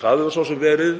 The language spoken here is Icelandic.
Það hefur svo sem verið